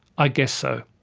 i guess so,